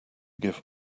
give